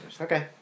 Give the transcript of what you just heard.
Okay